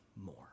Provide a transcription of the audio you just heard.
more